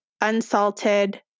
unsalted